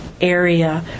area